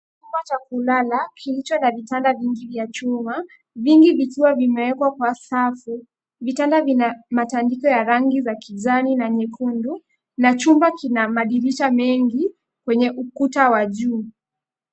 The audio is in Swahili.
Chumba cha kulala kilicho na vitanda vingi vya chuma, vingi vikiwa vime wekwa kwa safu. Vitanda vina matandiko vya rangi ya kijani na nyekundu na chumba kina madirishan mengi kwenye ukuta wa juu .